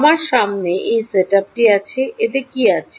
আমার সামনে এই সেটআপটি আছে এতে কী আছে